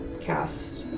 cast